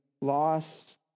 loss